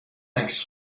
عکس